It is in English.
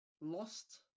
Lost